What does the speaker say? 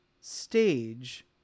stage